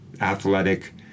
athletic